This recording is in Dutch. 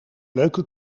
leuke